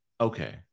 Okay